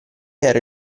era